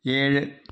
ഏഴ്